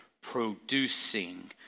producing